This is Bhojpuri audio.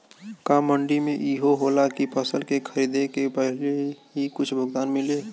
का मंडी में इहो होला की फसल के खरीदे के पहिले ही कुछ भुगतान मिले?